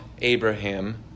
Abraham